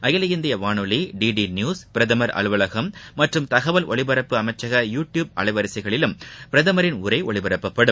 அகில இந்திய வானொலி டி நியூஸ் பிரதமா் அலுவலகம் மற்றும் தகவல் ஒலிபரப்பு அமைச்சக யூ டியூப் அலைவரிசைகளிலும் பிரதமரின் உரை ஒலிபரப்பப்படும்